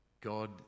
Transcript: God